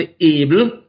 able